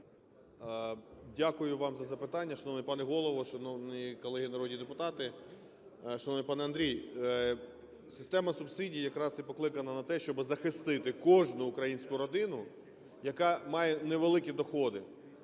Дякую вам за запитання. Шановний пане Голово, шановні колеги народні депутати! Шановний пане Андрій! Система субсидій якраз і покликана на те, щоб захистити кожну українську родину, яка має невеликі доходи.